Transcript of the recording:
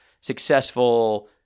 successful